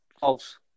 False